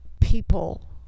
people